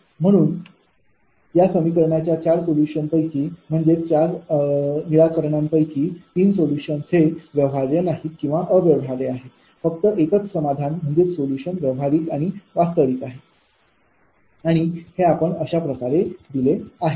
तर म्हणूनच या समीकरणाच्या चार सोल्युशन म्हणजेच चार निराकरणांपैकी तीन सोल्युशन हे व्यवहार्य नाही फक्त एकच सोल्युशन व्यावहारिक आणि वास्तविक आहे आणि हे आपण अशाप्रकारे दिले आहे